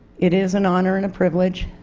it is an honor and a privilege,